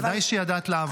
בוודאי שידעת לעבוד,